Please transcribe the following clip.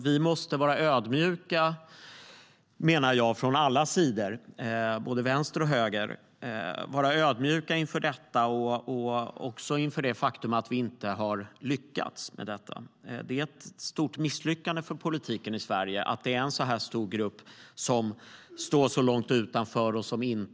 Vi från både vänster och höger måste vara ödmjuka inför detta och inför det faktum att vi inte har lyckats. Det är ett stort misslyckande för politiken i Sverige att en så stor grupp står utanför.